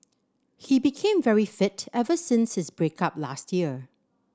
he became very fit ever since his break up last year